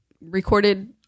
recorded